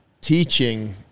teaching